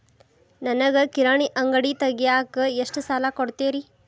ನನಗ ಕಿರಾಣಿ ಅಂಗಡಿ ತಗಿಯಾಕ್ ಎಷ್ಟ ಸಾಲ ಕೊಡ್ತೇರಿ?